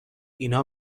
اینا